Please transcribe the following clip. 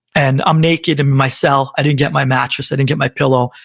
and i'm naked in my cell. i didn't get my mattress, i didn't get my pillow.